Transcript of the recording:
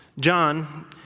john